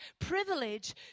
privilege